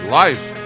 life